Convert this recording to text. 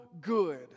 good